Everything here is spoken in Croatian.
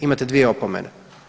Imate dvije opomene.